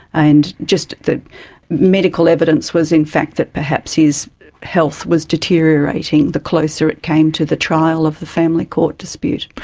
and just the medical evidence was in fact that perhaps his health was deteriorating the closer it came to the trial of the family court dispute.